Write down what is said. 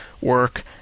work